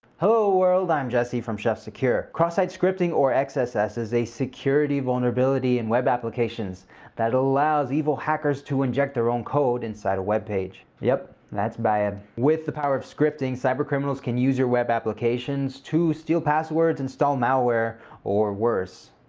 hello, world! i'm jesse from chef secure. cross-site scripting, or ah xss, is a security vulnerability in web applications that allows evil hackers to inject their own code inside a web page. yep. that's bad. with the power of scripting, cybercriminals can use your web applications to steal passwords, install malware or worse.